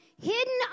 Hidden